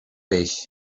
peix